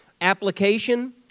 application